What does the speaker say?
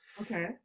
Okay